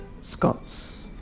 Scots